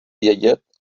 vědět